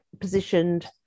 positioned